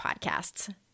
podcasts